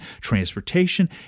transportation